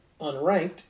unranked